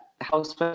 house